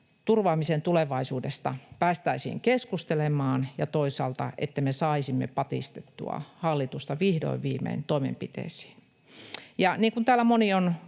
turvaamisen tulevaisuudesta päästäisiin keskustelemaan ja toisaalta jotta me saisimme patistettua hallitusta vihdoin viimein toimenpiteisiin. Niin kuin täällä moni on